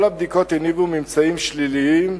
כל הבדיקות הניבו ממצאים שליליים,